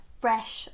fresh